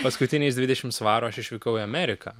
paskutiniais dvidešimt svarų aš išvykau į ameriką